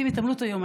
התעמלות היום,